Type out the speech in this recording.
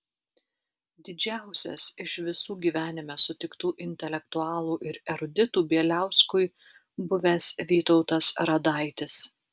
didžiausias iš visų gyvenime sutiktų intelektualų ir eruditų bieliauskui buvęs vytautas radaitis